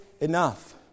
enough